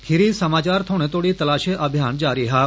खिरी समाचार थ्होने तोड़ी तलाशी अभियान जारी हा